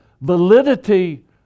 validity